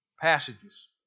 passages